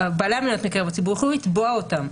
בעלי המניות מקרב הציבור יוכלו לתבוע אותם,